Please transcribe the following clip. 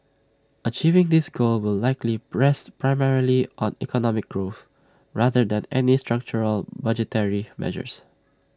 achieving this goal will likely rest primarily on economic growth rather than any structural budgetary measures